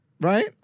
right